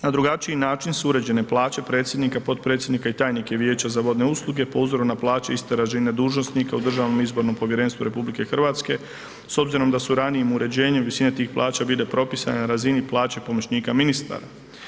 Na drugačiji način su uređene plaće predsjednika, potpredsjednika i tajnike Vijeća za vodne usluge po uzoru na plaće iste razine dužnosnika u Državnom izbornom povjerenstvu RH s obzirom da su ranijim uređenjem visine tih plaća bile propisane na razini plaća pomoćnika ministara.